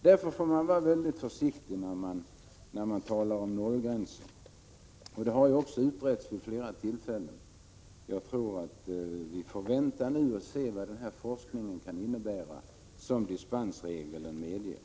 Därför får man vara mycket försiktig när man talar om gränserna. Detta har också utretts vid flera tillfällen. Jag tror att vi får vänta och se vad den forskning kan leda till som dispensregeln medger.